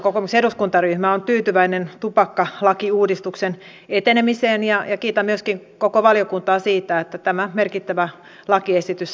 kokoomuksen eduskuntaryhmä on tyytyväinen tupakkalakiuudistuksen etenemiseen ja kiitän myöskin koko valiokuntaa siitä että tämä merkittävä lakiesitys saatiin käsiteltyä yksimielisesti